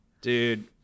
Dude